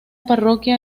parroquia